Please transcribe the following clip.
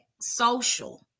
Social